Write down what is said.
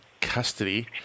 custody